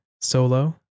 Solo